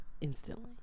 instantly